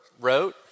wrote